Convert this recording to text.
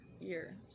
year